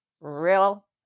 real